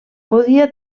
podia